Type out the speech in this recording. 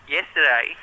yesterday